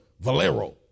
Valero